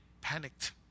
panicked